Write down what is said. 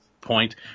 point